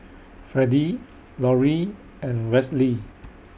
Freddie Lorie and Westley